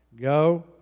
Go